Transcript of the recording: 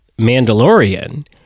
Mandalorian